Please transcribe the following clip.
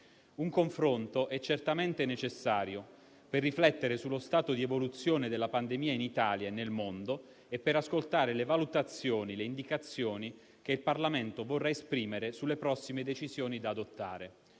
Un confronto è certamente necessario per riflettere sullo stato di evoluzione della pandemia in Italia e nel mondo e per ascoltare le valutazioni e le indicazioni che il Parlamento vorrà esprimere sulle prossime decisioni da adottare.